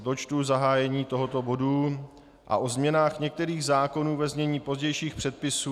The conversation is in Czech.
Dočtu zahájení tohoto bodu: a o změnách některých zákonů, ve znění pozdějších předpisů.